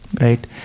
Right